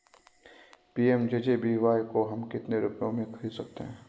PMJJBY को हम कितने रुपयों में खरीद सकते हैं?